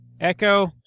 Echo